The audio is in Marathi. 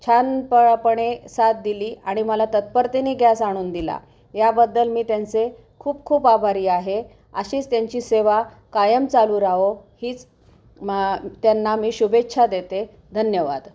छान प पणे साथ दिली आणि मला तत्परतेने गॅस आणून दिला याबद्दल मी त्यांचे खूप खूप आभारी आहे अशीच त्यांची सेवा कायम चालू राहो हीच मा त्यांना मी शुभेच्छा देते धन्यवाद